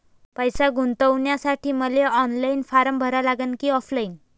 पैसे गुंतन्यासाठी मले ऑनलाईन फारम भरा लागन की ऑफलाईन?